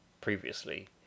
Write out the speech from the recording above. previously